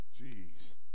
Jeez